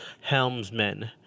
helmsmen